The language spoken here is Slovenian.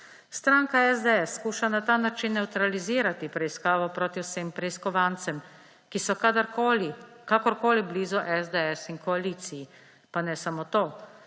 Stranka SDS skuša na ta način nevtralizirati preiskavo proti vsem preiskovancem, ki so kadarkoli, kakorkoli blizu SDS in koaliciji; pa ne samo to,